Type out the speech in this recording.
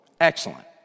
excellent